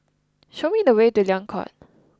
show me the way to Liang Court